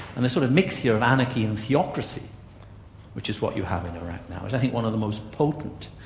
and the sort of mixture of anarchy and theocracy which is what you have in iraq now, is i think one of the most potent